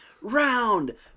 round